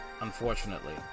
Unfortunately